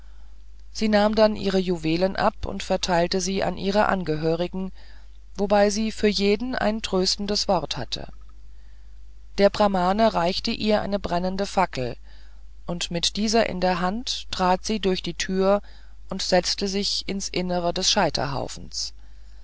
sie nahm dann ihre juwelen ab und verteilte sie an ihre angehörigen wobei sie für jeden ein tröstendes wort hatte der brahmane reichte ihr eine brennende fackel und mit dieser in der hand trat sie durch die tür und setzte sich ins innere des scheiterhaufens